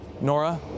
Nora